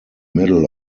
middle